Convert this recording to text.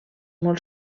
molt